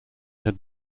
had